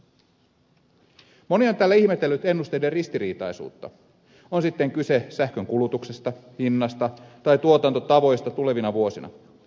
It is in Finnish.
moni on täällä ihmetellyt ennusteiden ristiriitaisuutta on sitten kyse sähkönkulutuksesta hinnasta tai tuotantotavoista tulevina vuosina